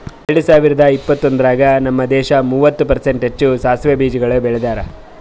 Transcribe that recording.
ಎರಡ ಸಾವಿರ ಇಪ್ಪತ್ತೊಂದರಾಗ್ ನಮ್ ದೇಶ ಮೂವತ್ತು ಪರ್ಸೆಂಟ್ ಹೆಚ್ಚು ಸಾಸವೆ ಬೀಜಗೊಳ್ ಬೆಳದಾರ್